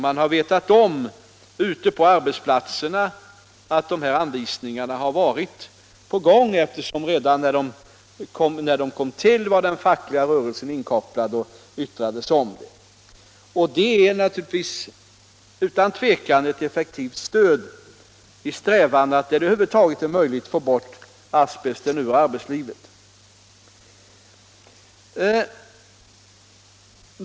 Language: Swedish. Man har ute på arbetsplatserna vetat om dem eftersom den fackliga rörelsen var inkopplad redan då de kom till och yttrade sig om dem. Det är naturligtvis utan tvivel ett effektivt stöd i strävandena att där det över huvud taget är möjligt få bort asbesten ur arbetslivet.